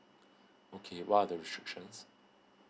okay what are the restrictions